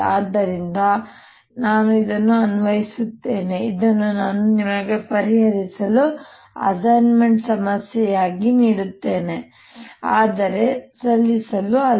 ಆದ್ದರಿಂದ ನಾನು ಇದನ್ನು ಅನ್ವಯಿಸುತ್ತೇನೆ ಇದನ್ನು ನಾನು ನಿಮಗೆ ಪರಿಹರಿಸಲು ಅಸೈನ್ಮೆಂಟ್ ಸಮಸ್ಯೆಯಾಗಿ ನೀಡುತ್ತೇನೆ ಆದರೆ ಸಲ್ಲಿಸಲು ಅಲ್ಲ